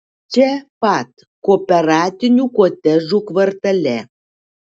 čia pat kooperatinių kotedžų kvartale